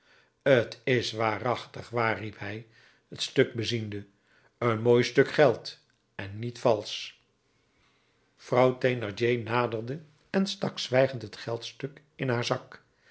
t is waarachtig waar riep hij het stuk beziende een mooi stuk geld en niet valsch vrouw thénardier naderde en stak zwijgend het geldstuk in haar zak